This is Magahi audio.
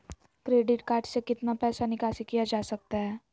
क्रेडिट कार्ड से कितना पैसा निकासी किया जा सकता है?